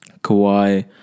Kawhi